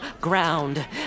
ground